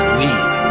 league